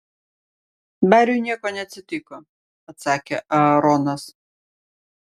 bariui nieko neatsitiko atsakė aaronas